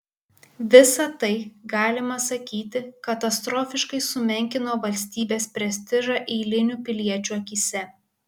visa tai galima sakyti katastrofiškai sumenkino valstybės prestižą eilinių piliečių akyse